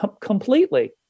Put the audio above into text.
completely